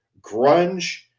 grunge